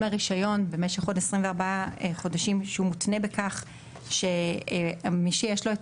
לרישיון במשך עוד 24 חודשים שהוא מותנה בכך שמי שיש לו את